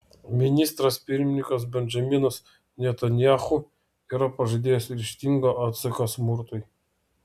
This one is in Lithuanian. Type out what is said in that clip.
ministras pirmininkas benjaminas netanyahu yra pažadėjęs ryžtingą atsaką smurtui